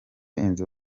inzu